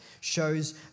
shows